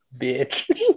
Bitch